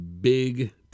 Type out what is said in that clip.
big